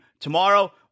Tomorrow